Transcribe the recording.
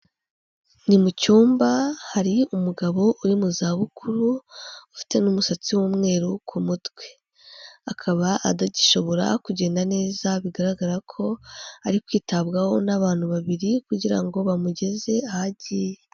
Ni mu cyumba hari umugabo uri mu za bukuru ufite n'umusatsi w'umweru ku mutwe, akaba atagishobora kugenda neza bigaragara ko ari kwitabwaho n'abantu babiri kugira ngo bamugeze aho agiye.